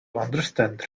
understand